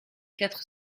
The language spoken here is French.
quatre